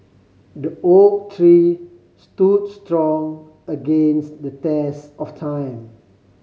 the oak tree stood strong against the test of time